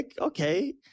okay